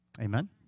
Amen